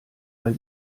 weil